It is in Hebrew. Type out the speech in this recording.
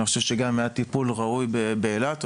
אני חושב שגם אם היה טיפול ראוי באילת,